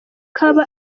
kaba